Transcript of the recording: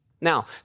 Now